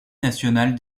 nationale